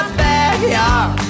backyard